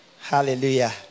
Hallelujah